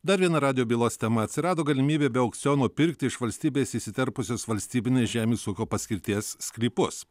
dar viena radijo bylos tema atsirado galimybė be aukciono pirkti iš valstybės įsiterpusios valstybinės žemės ūkio paskirties sklypus